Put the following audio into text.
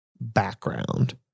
background